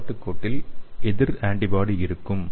கட்டுப்பாட்டு கோட்டில் எதிர் ஆன்டிபாடி இருக்கும்